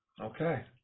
Okay